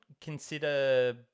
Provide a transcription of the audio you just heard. consider